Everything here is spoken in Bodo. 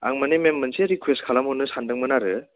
आं माने मेम मोनसे रिकुवेस्ट खालामहरनो सान्दोंमोन आरो